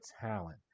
talent